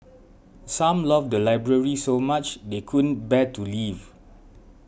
some love the library so much they couldn't bear to leave